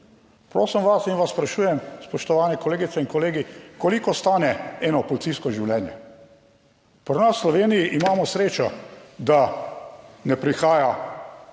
Prosim vas in vas sprašujem spoštovane kolegice in kolegi, koliko stane eno policijsko življenje. Pri nas v Sloveniji imamo srečo, da ne prihaja